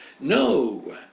No